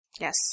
Yes